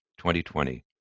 2020